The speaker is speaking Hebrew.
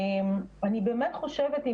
אני באמת חושבת,